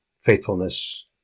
faithfulness